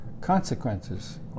consequences